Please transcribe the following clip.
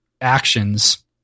actions